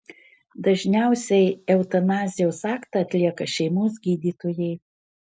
dažniausiai eutanazijos aktą atlieka šeimos gydytojai